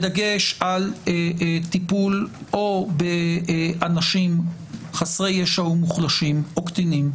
בדגש על טיפול או באנשים חסרי ישע או במוחלשים או בקטינים,